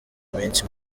minsi